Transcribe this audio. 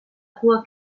cua